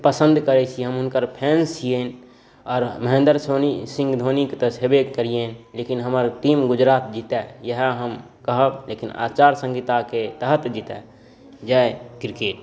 पसन्द करै छी हम हुनकर फैन्स छियनि आओर महेन्द्र सिंह धोनिके तऽ छैबे करियै लेकिन हमर टीम गुजरात जीतै इएह हम कहब लेकिन आचार संहिताके तहत जीतै इएह क्रिकेट